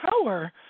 power